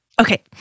Okay